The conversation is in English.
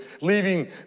Leaving